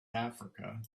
africa